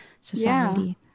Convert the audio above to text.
society